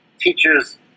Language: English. teachers